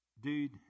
Dude